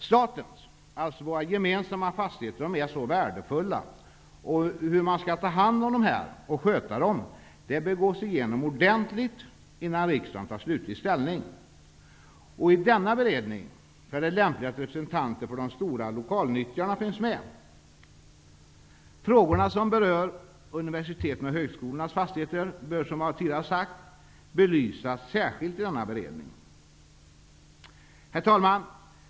Statens fastigheter -- våra gemensamma fastigheter -- är så värdefulla att man ordentligt bör gå igenom hur man skall ta hand om och sköta dessa innan riksdagen tar slutlig ställning. I denna beredning är det lämpligt att representanter för de stora lokalnyttjarna finns med. Frågor som berör universitetens och högskolornas fastigheter bör, som jag sade tidigare, belysas särskilt i denna beredning. Herr talman!